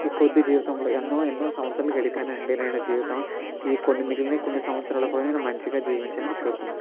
ఈ కొద్ది జీవితంలో ఎన్నో ఎన్నో సంవత్సరాలు గడిపానండి నేను జీవితం ఈ కొన్ని మిగిలిన కొన్ని సంవత్సరాల కూడా నేను మంచిగా జీవించాలని కోరుకుంటా